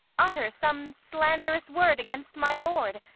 utter some slanderous word against my lord,